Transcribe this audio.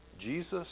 Jesus